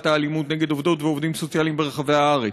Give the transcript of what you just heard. האלימות נגד עובדות ועובדים סוציאליים ברחבי הארץ.